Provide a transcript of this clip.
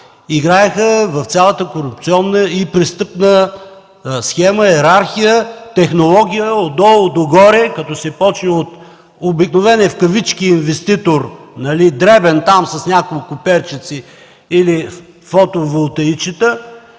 играеха в цялата корупционна и престъпна схема, йерархия, технология отдолу до горе, като се почне от „обикновения” инвеститор, дребен, с няколко перчици, до горе.